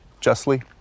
justly